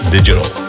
Digital